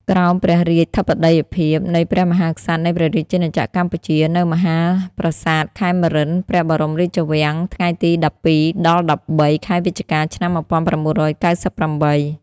ក្រោមព្រះរាជធិបតីភាព នៃព្រះមហាក្សត្រនៃព្រះរាជណាចក្រកម្ពុជា នៅមហាប្រសាទខេមរិន្ទ ព្រះបរមរាជវាំងថ្ងៃទី១២-១៣ ខែវិច្ឆកា ឆ្នាំ១៩៩៨។